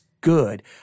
good